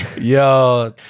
Yo